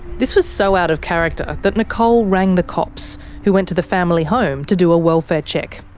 this was so out of character that nicole rang the cops, who went to the family home to do a welfare check.